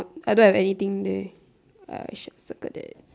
I don't have anything there I should circle that